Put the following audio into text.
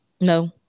No